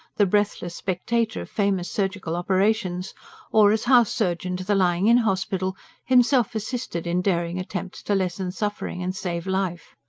the breathless spectator of famous surgical operations or as house-surgeon to the lying-in hospital himself assisted in daring attempts to lessen suffering and save life.